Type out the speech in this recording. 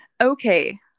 Okay